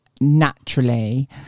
naturally